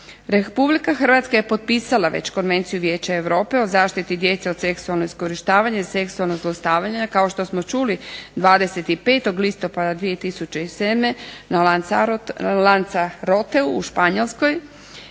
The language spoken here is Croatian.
Republika Hrvatska je potpisala već Konvenciju Vijeća Europe o zaštiti djece od seksualnog iskorištavanja i seksualnog zlostavljanja, kao što smo čuli, 25. listopada 2007. na Lanzarotteu u Španjolskoj